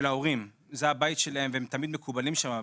ההורים זה הבית שלהם והם תמיד מקובלים שם,